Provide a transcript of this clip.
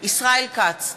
ישראל כץ,